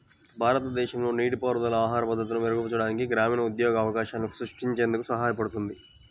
భారతదేశంలో నీటిపారుదల ఆహార భద్రతను మెరుగుపరచడానికి, గ్రామీణ ఉద్యోగ అవకాశాలను సృష్టించేందుకు సహాయపడుతుంది